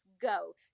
go